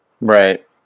Right